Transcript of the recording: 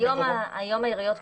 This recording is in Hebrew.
היום העיריות פועלות,